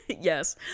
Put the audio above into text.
yes